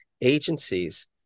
agencies